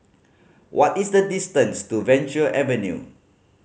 what is the distance to Venture Avenue